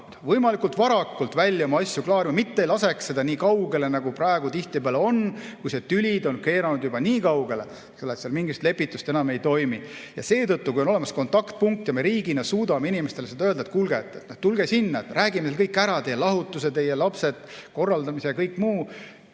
võimalikult varakult oma asju klaarima, mitte ei laseks sellel minna nii kaugele, nagu praegu tihtipeale on, et tüli on keeratud juba nii kaugele, et mingi lepitus enam ei toimi. Seetõttu, kui on olemas kontaktpunkt ja me riigina suudame inimestele öelda, et kuulge, tulge sinna, räägime kõik ära, teie lahutuse, teie lapsed, kõige selle korraldamise ja kõik muu,